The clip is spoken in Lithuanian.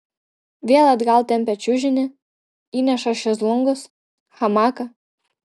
vėl atgal tempia čiužinį įneša šezlongus hamaką